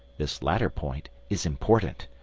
this latter point is important.